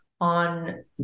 on